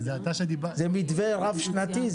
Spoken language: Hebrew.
זה מתווה רב-שנתי.